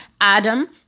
adam